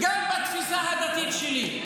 אתה לא מתייחס --- רוצחים.